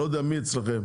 לא יודע מי אצלכם,